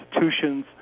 institutions